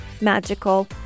magical